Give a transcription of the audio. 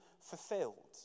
fulfilled